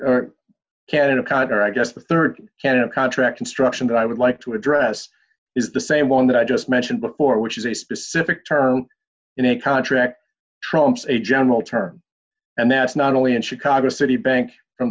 connor i guess the rd candidate contract construction that i would like to address is the same one that i just mentioned before which is a specific term in a contract trumps a general term and that's not only in chicago a city bank